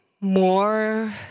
more